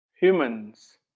Humans